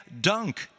dunk